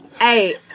Hey